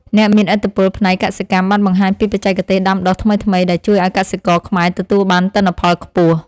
អ្នកមានឥទ្ធិពលផ្នែកកសិកម្មបានបង្ហាញពីបច្ចេកទេសដាំដុះថ្មីៗដែលជួយឱ្យកសិករខ្មែរទទួលបានទិន្នផលខ្ពស់។